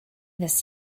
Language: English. this